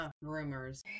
rumors